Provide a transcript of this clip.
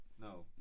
No